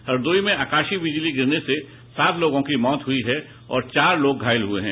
हरदोई में आकाशीय विजली गिरने से सात लोगों की मौत हुई है और चार लोग घायल हुए हैं